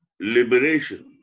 liberation